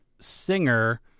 singer